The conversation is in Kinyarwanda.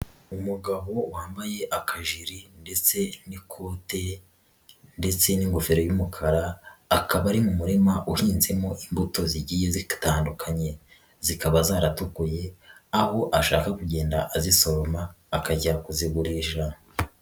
Umugabo wambaye akajiri ndetse n'ikote ndetse n'ingofero y'umukara akaba ari mu murima uhinzemo imbuto zigiye zitandukanye, zikaba zaratukuye aho ashaka kugenda azisoroma akajya kuzigurisha.